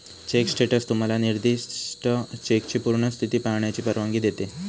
check status तुम्हाला निर्दिष्ट चेकची पूर्ण स्थिती पाहण्याची परवानगी देते